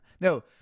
No